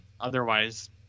Otherwise